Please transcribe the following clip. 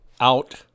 out